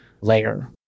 layer